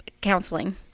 counseling